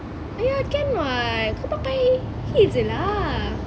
!aiya! can [what] kau pakai heels je lah